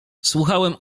słuchałem